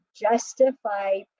justify